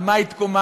על מה התקוממנו,